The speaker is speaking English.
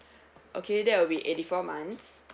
okay that will be eighty four months